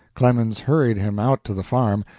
clemens hurried him out to the farm,